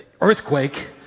earthquake